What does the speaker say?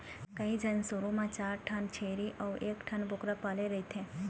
कइझन शुरू म चार ठन छेरी अउ एकठन बोकरा पाले रहिथे